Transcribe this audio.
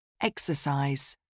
Exercise